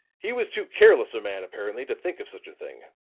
he was too careless a man, apparently, to think of such a thing.